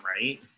right